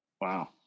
wow